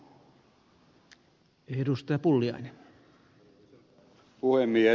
arvoisa puhemies